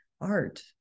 art